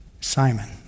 Simon